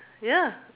ya